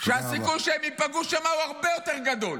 שהסיכוי שהן ייפגעו שם הוא הרבה יותר גדול.